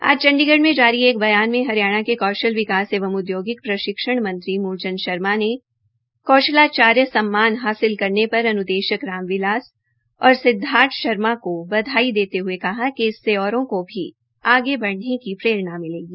आज चंडीगढ़ में जारी एक बयान में हरियाणा के कौशल विकास एवं औद्योगिक प्रशिक्षण मंत्री मूल चंद शर्मा ने कौशलचार्य सम्मान हासिल करने पर अन्देशक राम बिलास और सिद्वार्थ शर्मा को बधाई देते हये कहा कि इससे औरों को भी आगे बढ़ने की प्ररेणा मिलेगी